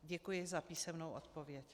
Děkuji za písemnou odpověď.